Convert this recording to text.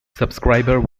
subscriber